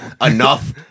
enough